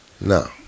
No